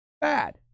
bad